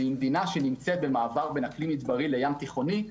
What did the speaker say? ומדינה שנמצאת בין אקלים מדברי לים תיכוני,